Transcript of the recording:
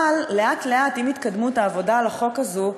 אבל לאט-לאט, עם התקדמות העבודה על החוק הזה,